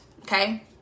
Okay